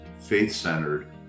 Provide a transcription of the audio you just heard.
faith-centered